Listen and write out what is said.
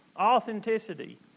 authenticity